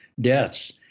deaths